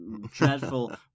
Dreadful